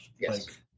Yes